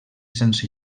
sense